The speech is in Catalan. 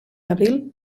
abril